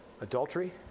adultery